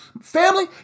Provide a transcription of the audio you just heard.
family